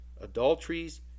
adulteries